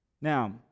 Now